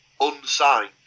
unsigned